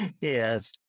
Yes